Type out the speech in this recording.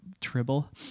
Tribble